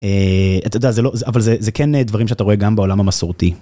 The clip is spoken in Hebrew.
אתה יודע זה לא.. אבל זה אבל זה כן דברים שאתה רואה גם בעולם המסורתי.